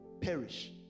perish